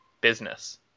business